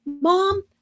mom